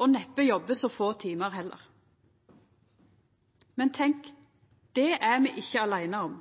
og jobbar neppe så få timar heller. Men tenk – det er me ikkje aleine om.